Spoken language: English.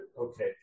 okay